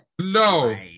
No